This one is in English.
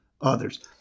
others